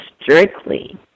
strictly